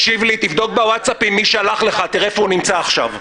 תבדוק בוואטסאפים מי שלח לך תראה איפה הוא נמצא עכשיו.